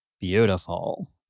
Beautiful